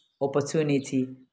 opportunity